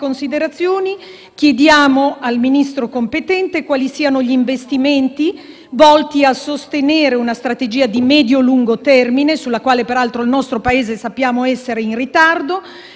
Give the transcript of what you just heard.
considerazioni, chiediamo al Ministro competente quali siano gli investimenti volti a sostenere una strategia di medio - lungo termine, sulla quale peraltro sappiamo che il nostro Paese è in ritardo,